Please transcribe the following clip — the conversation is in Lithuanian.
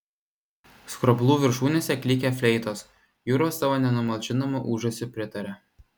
skroblų viršūnėse klykė fleitos jūros savo nenumalšinamu ūžesiu pritarė